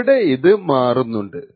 ഇവിടെ ഇത് മാറുന്നുണ്ട്